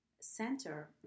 center